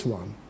one